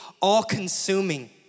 all-consuming